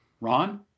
Ron